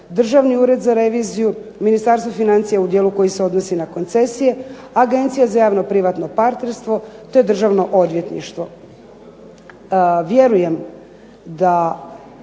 Državni ured za reviziju, Ministarstvo financija koji se odnosi na koncesije, Agencija za javno-privatno partnerstvo, te Državno odvjetništvo.